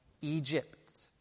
Egypt